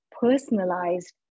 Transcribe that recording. personalized